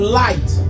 light